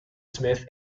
smith